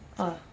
ah